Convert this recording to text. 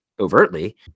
overtly